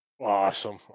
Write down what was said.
Awesome